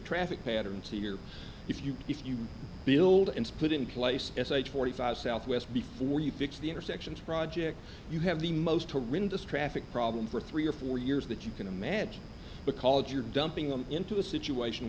traffic patterns here if you if you build and put in place it's eight forty five south west before you fix the intersections project you have the most horrendous traffic problem for three or four years that you can imagine because you're dumping them into a situation